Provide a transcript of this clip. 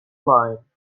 line